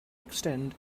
extend